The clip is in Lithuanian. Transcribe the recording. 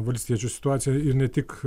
valstiečių situacija ir ne tik